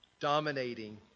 dominating